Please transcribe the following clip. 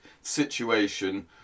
situation